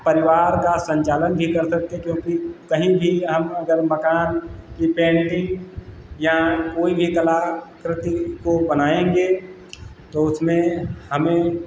परिवार का सञ्चालन भी कर सकते क्योंकि कहीं भी हम अगर मकान की पेंटिंग या कोई भी कलाकृति को बनाएँगे तो उसमें हमें